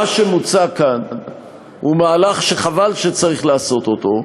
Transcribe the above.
מה שמוצע כאן הוא מהלך שחבל שצריך לעשות אותו,